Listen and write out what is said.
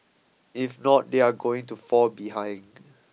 if not they are going to fall behind